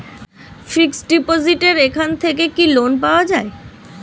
Fix ডিপোজিটের এখান থেকে কি লোন পাওয়া যায়?